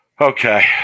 Okay